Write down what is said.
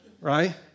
Right